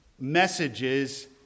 messages